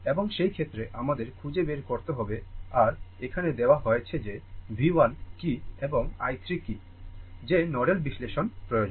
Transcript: এবং সেই ক্ষেত্রে আমাদের খুঁজে বের করতে হবে আর এখানে দেওয়া হয়েছে যে V 1 কী এবং i 3 কী যে নোডাল বিশ্লেষণ প্রয়োজন